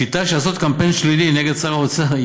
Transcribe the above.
השיטה לעשות קמפיין שלילי נגד שר האוצר היא